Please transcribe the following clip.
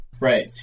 Right